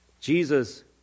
Jesus